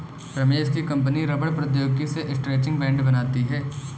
रमेश की कंपनी रबड़ प्रौद्योगिकी से स्ट्रैचिंग बैंड बनाती है